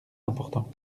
important